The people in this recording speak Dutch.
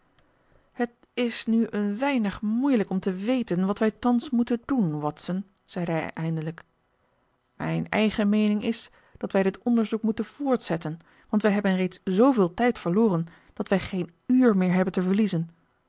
het is nu een weinig moeilijk om te weten wat wij thans moeten doen watson zeide hij eindelijk mijn eigen meening is dat wij dit onderzoek moeten voortzetten want wij hebben reeds zooveel tijd verloren dat wij geen uur meer hebben te verliezen